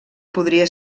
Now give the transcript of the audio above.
podria